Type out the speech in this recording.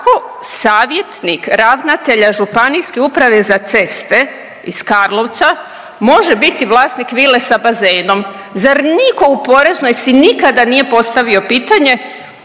kako savjetnik ravnatelja Županijske uprave za ceste iz Karlovca može biti vlasnik vile sa bazenom? Zar nitko u Poreznoj si nikada nije postavio pitanje